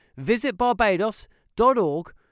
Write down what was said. visitbarbados.org